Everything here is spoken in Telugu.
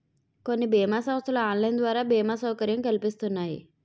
కొన్ని బీమా సంస్థలు ఆన్లైన్ ద్వారా బీమా సౌకర్యం కల్పిస్తున్నాయి